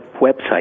website